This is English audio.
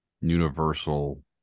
universal